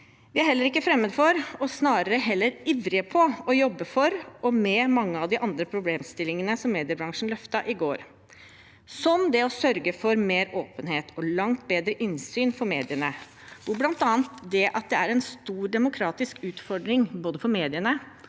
Vi er heller ikke fremmed for – snarere heller ivrige etter – å jobbe for og med mange av de andre problemstillingene som mediebransjen løftet i går, slik som å sørge for mer åpenhet og langt bedre innsyn for mediene, hvor bl.a. det at det er en stor demokratisk utfordring både for me